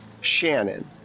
Shannon